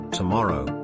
tomorrow